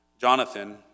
Jonathan